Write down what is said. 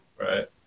right